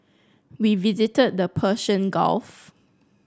we visited the Persian Gulf